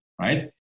right